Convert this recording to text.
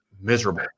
miserable